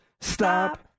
stop